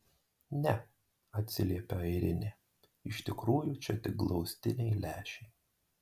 ne atsiliepia airinė iš tikrųjų čia tik glaustiniai lęšiai